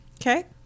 Okay